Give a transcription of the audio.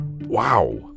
wow